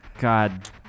god